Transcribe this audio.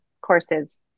courses